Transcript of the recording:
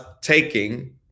taking